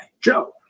Joe